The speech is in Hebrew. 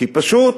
כי פשוט